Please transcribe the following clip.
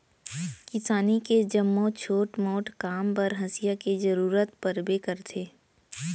किसानी के जम्मो छोट मोट काम बर हँसिया के जरूरत परबे करथे